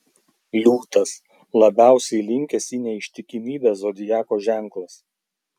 liūtas labiausiai linkęs į neištikimybę zodiako ženklas